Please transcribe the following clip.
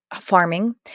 farming